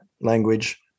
language